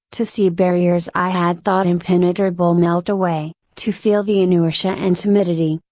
to see barriers i had thought impenetrable melt away, to feel the inertia and timidity,